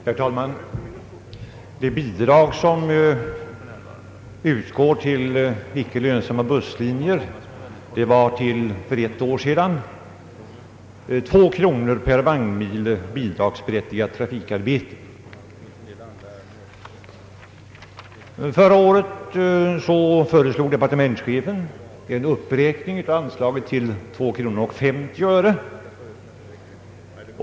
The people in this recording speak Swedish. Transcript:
Herr talman! Det bidrag som utgår till icke lönsamma busslinjer var till för ett år sedan 2 kronor per vagnmil bidragsberättigat trafikarbete. Förra året föreslog departmentschefen en uppräkning av anslaget till 2 kronor och 50 öre.